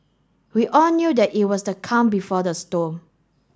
we all knew that it was the calm before the storm